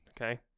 okay